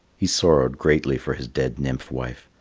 he sorrowed greatly for his dead nymph-wife,